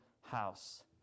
house